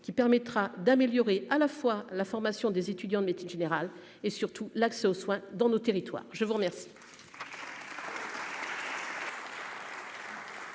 qui permettra d'améliorer à la fois la formation des étudiants de médecine générale et surtout l'accès aux soins dans nos territoires, je vous remercie.